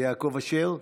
יעקב אשר,